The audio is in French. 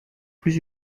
plus